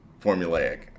formulaic